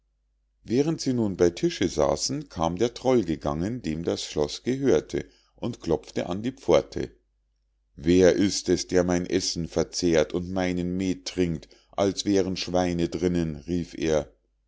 während sie nun bei tische saßen kam der troll gegangen dem das schloß gehörte und klopfte an die pforte wer ist es der mein essen verzehrt und meinen meth trinkt als wären schweine drinnen rief er